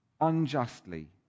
unjustly